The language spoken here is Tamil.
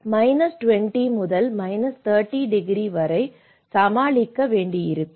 நீங்கள் 20 முதல் 30 டிகிரி வரை சமாளிக்க வேண்டியிருக்கும்